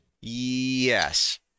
Yes